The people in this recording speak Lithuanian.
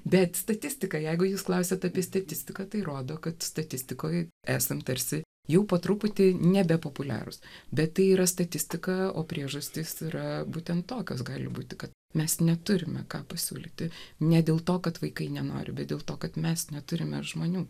bet statistika jeigu jūs klausiate apie statistiką tai rodo kad statistikoje esame tarsi jau po truputį nebepopuliarūs bet tai yra statistika o priežastis yra būtent tokios gali būti kad mes neturime ką pasiūlyti ne dėl to kad vaikai nenori bet dėl to kad mes neturime žmonių